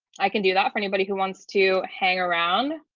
i can do that for anybody who wants to hang around?